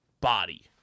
body